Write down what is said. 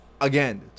Again